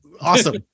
Awesome